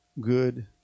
good